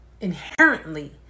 inherently